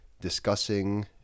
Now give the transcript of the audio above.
discussing